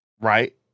right